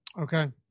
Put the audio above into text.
Okay